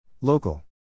Local